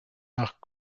nach